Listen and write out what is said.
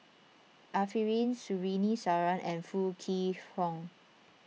Arifin Surtini Sarwan and Foo Kwee Horng